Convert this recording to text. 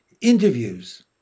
interviews